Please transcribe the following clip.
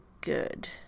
good